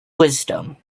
wisdom